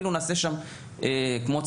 אפילו נעשה שם כמו צהרונים,